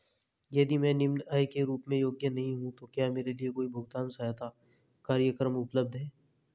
यदि मैं निम्न आय के रूप में योग्य नहीं हूँ तो क्या मेरे लिए कोई भुगतान सहायता कार्यक्रम उपलब्ध है?